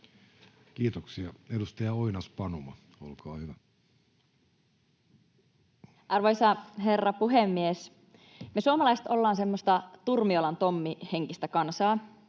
Kiitoksia. — Edustaja Oinas-Panuma, olkaa hyvä. Arvoisa herra puhemies! Me suomalaiset ollaan semmoista Turmiolan Tommi ‑henkistä kansaa,